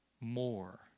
more